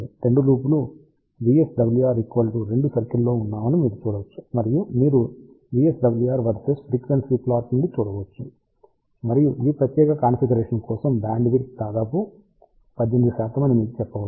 రెండు లూప్ లు VSWR 2 సర్కిల్లో ఉన్నాయని మీరు చూడవచ్చు మరియు మీరు VSWR వర్సెస్ ఫ్రీక్వెన్సీ ప్లాట్ నుండి చూడవచ్చు మరియు ఈ ప్రత్యేక కాన్ఫిగరేషన్ కోసం బ్యాండ్విడ్త్ దాదాపు 18 అని మీరు చెప్పవచ్చు